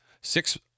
six